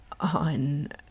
on